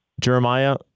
Jeremiah